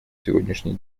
сегодняшние